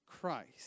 Christ